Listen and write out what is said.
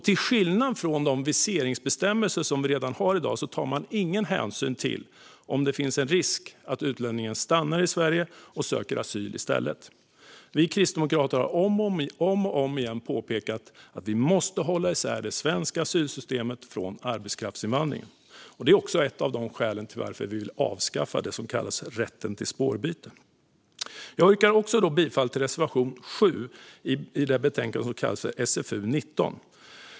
Till skillnad från de viseringsbestämmelser som vi har i dag tar man ingen hänsyn till om det finns en risk för att utlänningen stannar i Sverige och söker asyl i stället. Vi kristdemokrater har om och om igen påpekat att vi måste hålla isär det svenska asylsystemet från arbetskraftsinvandringen. Det är också ett av skälen till att vi vill avskaffa den så kallade rätten till spårbyte. Fru talman! Jag yrkar också bifall till reservation 7 i betänkande SfU19.